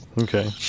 Okay